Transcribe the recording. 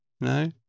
No